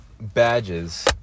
badges